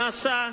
נעשה,